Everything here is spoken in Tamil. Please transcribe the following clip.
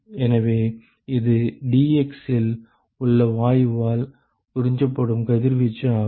எனவே இது dx இல் உள்ள வாயுவால் உறிஞ்சப்படும் கதிர்வீச்சு ஆகும்